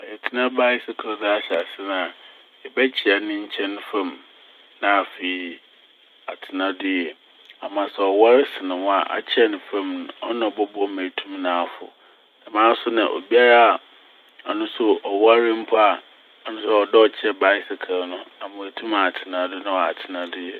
Meretsena "bycycle" do ahyɛse no a ebɛkyea ne nkyɛnfamu na afei atsena do yie ama sɛ ɔwar sen wo a akyea no famu no ɔno na ɔbɔboa wo ma na etum afow. Dɛmara so na obiara a ɔno so ɔwar mpo a no so ɔwɔ dɛ ɔkyea "bycycle" na ama oetum ɔatsena do na ɔatsena do yie.